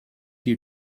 you